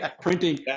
printing